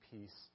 peace